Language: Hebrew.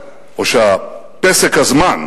או שפסק הזמן,